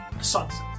sunset